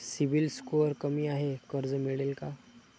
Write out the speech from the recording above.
CIBIL score कमी आहे कर्ज मिळेल का?